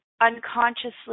unconsciously